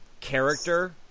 character